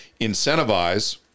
incentivize